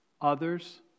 Others